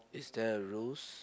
is there rules